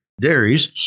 dairies